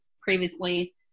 previously